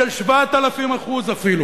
של 7,000% אפילו,